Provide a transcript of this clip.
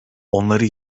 onları